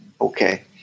okay